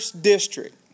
district